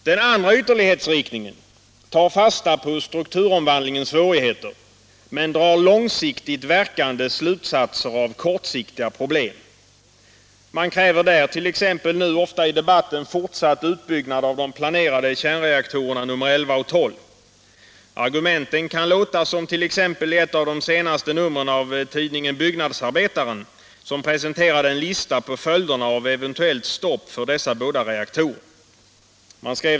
Den andra ytterlighetsriktningen tar fasta på strukturomvandlingens svårigheter — men drar långsiktigt verkande slutsatser av kortsiktiga problem. Man kräver där t.ex. nu ofta i debatten fortsatt utbyggnad av de planerade kärnreaktorerna nr 11 och 12. Argumenten kan låta som t.ex. i ett av de senaste numren av tidningen Byggnadsarbetaren, som presenterade en lista över följderna av eventuellt stopp för dessa båda reaktorer.